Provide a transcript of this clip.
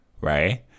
right